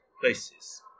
places